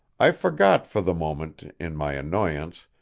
i forgot for the moment, in my annoyance,